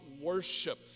worship